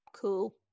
Cool